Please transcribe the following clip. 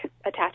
attached